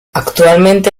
actualmente